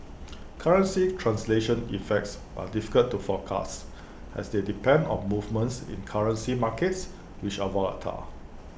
currency translation effects are difficult to forecast as they depend on movements in currency markets which are volatile